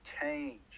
change